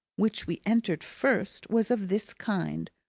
which we entered first, was of this kind,